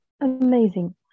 Amazing